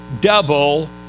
double